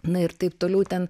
na ir taip toliau ten